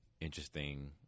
interesting